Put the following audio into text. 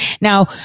Now